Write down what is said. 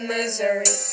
Missouri